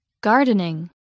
Gardening